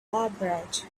collaborate